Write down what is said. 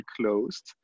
closed